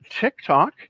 TikTok